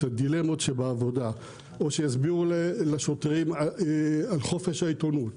הדילמות בעבודה או שיסבירו לשוטרים על חופש העיתונות,